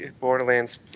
Borderlands